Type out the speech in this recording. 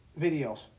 videos